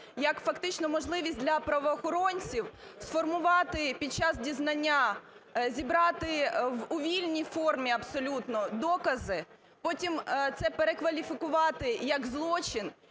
як фактично можливість для правоохоронців сформувати під час дізнання, зібрати у вільній формі абсолютно докази, потім це перекваліфікувати як злочин